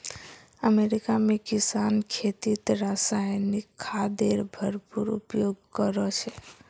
America में किसान खेतीत रासायनिक खादेर भरपूर उपयोग करो छे